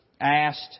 asked